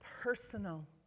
personal